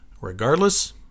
Regardless